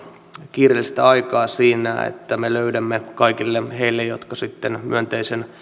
kiireellistä aikaa siinä että me löydämme kaikille heille jotka sitten myönteisen